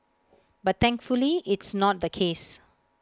but thankfully it's not the case